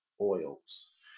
oils